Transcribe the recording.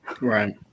Right